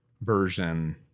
version